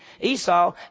Esau